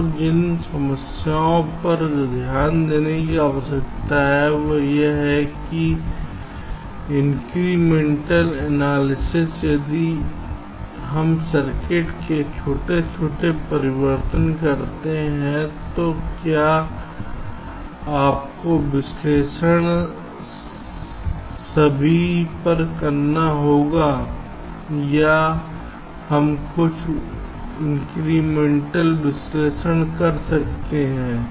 तो जिन समस्याओं पर ध्यान देने की आवश्यकता है वह यह है कि वृद्धिशील विश्लेषण यदि हम सर्किट में छोटे छोटे परिवर्तन करते हैं तो क्या आपको विश्लेषण सभी पर करना होगा या हम कुछ सही वृद्धिशील विश्लेषण कर सकते हैं